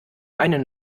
einen